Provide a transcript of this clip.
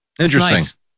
Interesting